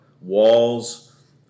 walls